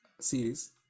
series